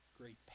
great